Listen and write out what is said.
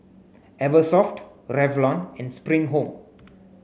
Eversoft Revlon and Spring Home